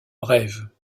brève